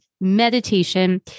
meditation